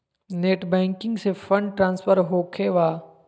Net banking से fund transfer होखें बा?